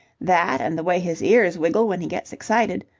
that and the way his ears wiggle when he gets excited.